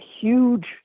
huge